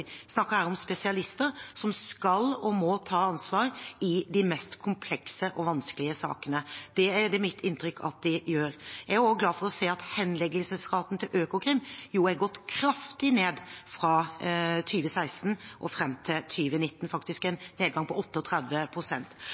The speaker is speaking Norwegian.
snakker her om spesialister, som skal og må ta ansvar i de mest komplekse og vanskelige sakene. Det er det mitt inntrykk at de gjør. Jeg er også glad for å se at henleggelsesraten til Økokrim har gått kraftig ned fra 2016 til 2019 – faktisk en nedgang på